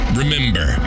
remember